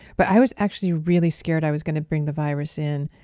but i was actually really scared i was going to bring the virus in.